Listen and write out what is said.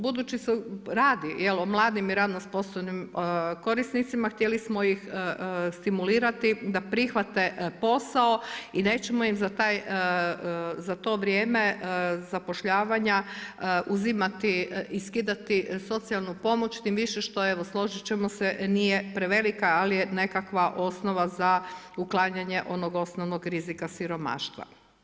Budući se radi o mladim i radno sposobnim korisnicima htjeli smo ih stimulirati da prihvate posao i da ćemo ih za to vrijeme zapošljavanja uzimati i skidati socijalnu pomoć tim više što evo složit ćemo se nije prevelika, ali je nekakva osnova za uklanjanje onog osnovnog rizika siromaštva.